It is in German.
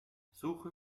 suche